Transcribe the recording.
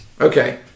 Okay